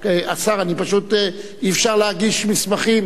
השר, פשוט אי-אפשר להגיש מסמכים.